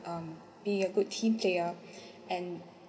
um be a good team player and